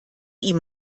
ihm